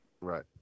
Right